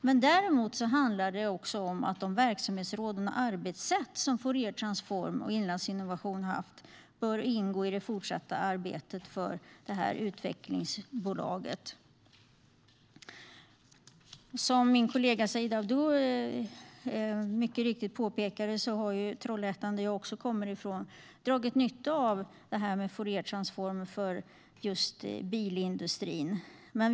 Men de verksamhetsråd och arbetssätt som Fouriertransform och Inlandsinnovation har haft bör också ingå i det fortsatta arbetet för det utvecklingsbolaget. Som min kollega Said Abdu mycket riktigt påpekade har Trollhättan, som jag också kommer från, dragit nytta av Fouriertransform för just bilindustrins räkning.